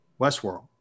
westworld